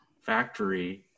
factory